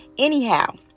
Anyhow